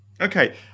Okay